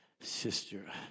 Sister